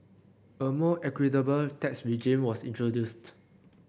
a more equitable tax regime was introduced